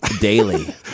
daily